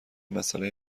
مساله